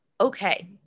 okay